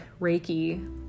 Reiki